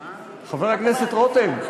חבר הכנסת רותם,